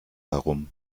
herum